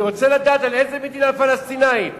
אני רוצה לדעת על איזו מדינה פלסטינית מדובר,